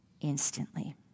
instantly